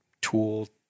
tool